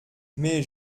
mais